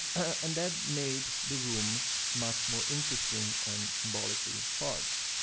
and that made the room much more interesting and symbolically charged.